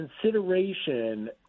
consideration